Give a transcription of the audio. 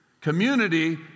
Community